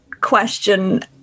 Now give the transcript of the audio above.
question